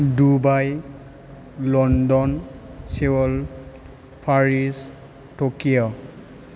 Dubai London Seoul Paris Tokyo